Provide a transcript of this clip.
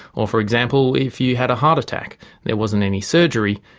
or for example if you had a heart attack there wasn't any surgery,